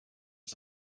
das